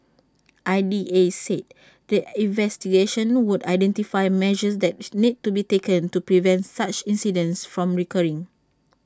I D A said the investigations would identify measures that is need to be taken to prevent such incidents from recurring